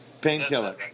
painkiller